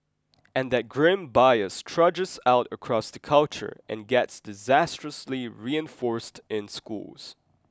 and that grim bias trudges out across the culture and gets disastrously reinforced in schools